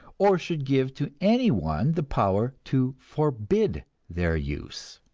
or should give to anyone the power to forbid their use.